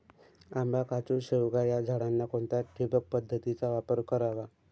आंबा, काजू, शेवगा या झाडांना कोणत्या ठिबक पद्धतीचा वापर करावा?